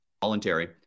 voluntary